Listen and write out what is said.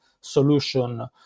solution